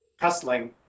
hustling